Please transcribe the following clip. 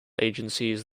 agencies